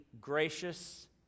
gracious